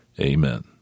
Amen